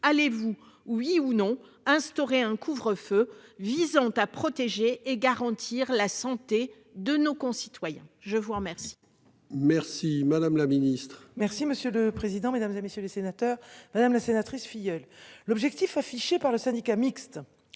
allez-vous oui ou non instaurer un couvre-feu visant à protéger et garantir la santé de nos concitoyens. Je vous remercie. Merci madame la ministre. Merci monsieur le président, Mesdames, et messieurs les sénateurs, madame la sénatrice filleul. L'objectif affiché par le syndicat mixte,